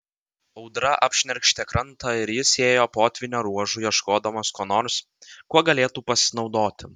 audra apšnerkštė krantą ir jis ėjo potvynio ruožu ieškodamas ko nors kuo galėtų pasinaudoti